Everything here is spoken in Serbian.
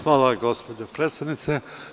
Hvala gospođo predsednice.